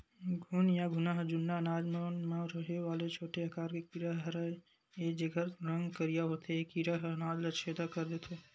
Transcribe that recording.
घुन या घुना ह जुन्ना अनाज मन म रहें वाले छोटे आकार के कीरा हरयए जेकर रंग करिया होथे ए कीरा ह अनाज ल छेंदा कर देथे